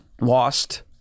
lost